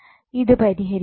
ഇത് പരിഹരിക്കുക